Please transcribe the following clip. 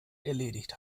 erledigt